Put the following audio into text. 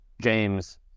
James